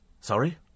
Sorry